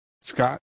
Scott